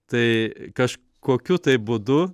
tai kažkokiu tai būdu